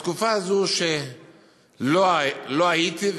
בתקופה הזו שלא הייתי,